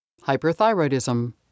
Hyperthyroidism